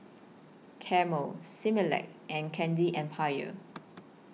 Camel Similac and Candy Empire